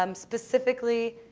um specifically,